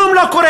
כלום לא קורה.